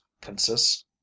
consists